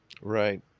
Right